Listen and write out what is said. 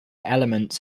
elements